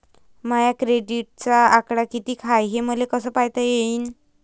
माया क्रेडिटचा आकडा कितीक हाय हे मले कस पायता येईन?